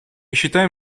считаем